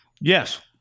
Yes